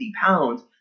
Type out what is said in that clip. pounds